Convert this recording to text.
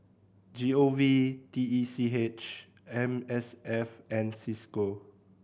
G O V T E C H M S F and Cisco